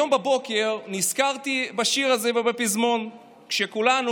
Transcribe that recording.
היום בבוקר נזכרתי בשיר הזה ובפזמון כשכולנו,